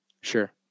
Sure